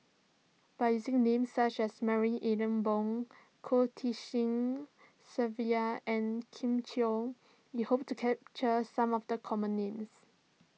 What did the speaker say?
by using names such as Marie Ethel Bong Goh Tshin Sylvia and Kin Chui we hope to capture some of the common names